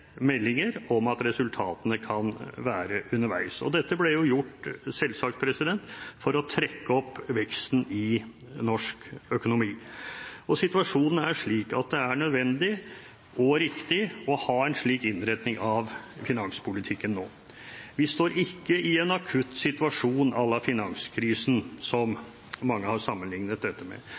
meldinger om at resultatene kan være underveis. Dette ble gjort, selvsagt, for å trekke opp veksten i norsk økonomi. Situasjonen er slik at det er nødvendig og riktig å ha en slik innretning av finanspolitikken nå. Vi står ikke i en akutt situasjon à la finanskrisen, som mange har sammenlignet dette med.